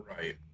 Right